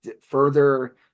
further